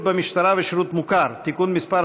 (שירות במשטרה ושירות מוכר) (תיקון מס'